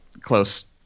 close